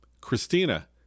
Christina